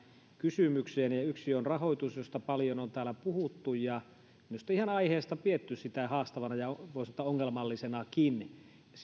kysymykseen yksi on rahoitus josta paljon on täällä puhuttu ja minusta ihan aiheesta pidetty sitä haastavana ja voi sanoa että ongelmallisenakin